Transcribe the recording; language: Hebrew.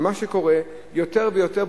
ומה שקורה יותר ויותר,